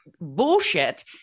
bullshit